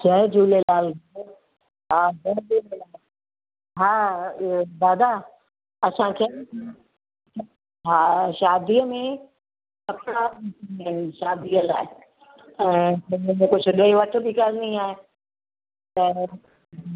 जय झूलेलाल हा जय झूलेलाल हा दादा असांखे आहिनि हा शादीअ में कपिड़ा खपनि शादीअ लाइ हुन में कुझु ॾे वठि बि करिणी आहे त